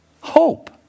Hope